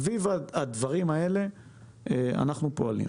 סביב הדברים האלה אנחנו פועלים.